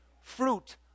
fruit